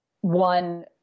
one